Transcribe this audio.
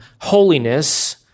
holiness